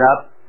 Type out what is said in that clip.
up